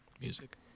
music